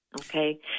Okay